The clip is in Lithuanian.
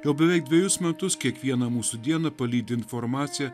jau beveik dvejus metus kiekvieną mūsų dieną palydi informacija